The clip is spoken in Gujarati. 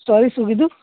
સોરી શું કીધું